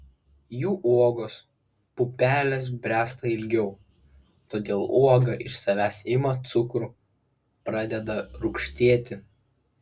jų uogos pupelės bręsta ilgiau todėl uoga iš savęs ima cukrų pradeda rūgštėti